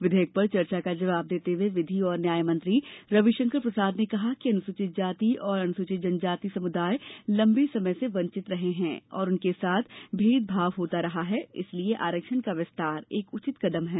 विधेयक पर चर्चा का जवाब देते हुए विधि और न्याय मंत्री रविशंकर प्रसाद ने कहा कि अनुसूचित जाति और अनुसूचित जनजाति समुदाय लंबे समय से वंचित रहे हैं और उनके साथ भेद भाव होता रहा है इसलिए आरक्षण का विस्तार एक उचित कदम है